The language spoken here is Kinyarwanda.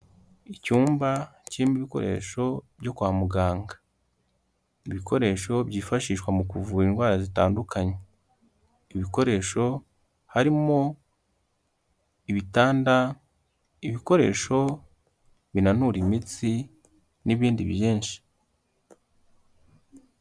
Icyumba kirimo ibikoresho byo kwa muganga. Ibikoresho byifashishwa mu kuvura indwara zitandukanye. Ibikoresho harimo; ibitanda, ibikoresho binanura imitsi n'ibindi byinshi.